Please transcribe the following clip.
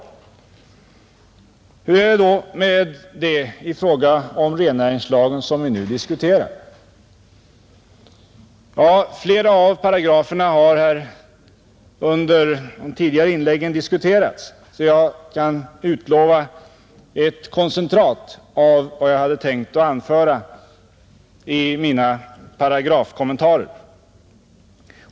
Hur är det då med detta i fråga om den rennäringslag som vi nu diskuterar? Flera av paragraferna har diskuterats i de tidigare inläggen. Jag kan därför nöja mig med ett koncentrat av vad jag hade tänkt anföra i mina paragrafkommentarer.